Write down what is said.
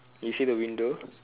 you see the window